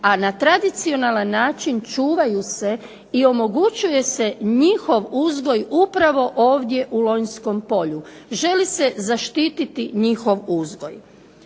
a na tradicionalan način čuvaju se i omogućuje se njihov uzgoj upravo ovdje u Lonjskom polju. Želi se zaštiti njihov uzgoj.